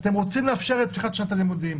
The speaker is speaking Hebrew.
אתם רוצים לאפשר את פתיחת שנת הלימודים,